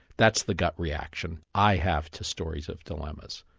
that's the gut reaction i have to stories of dilemmas,